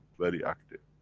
very active.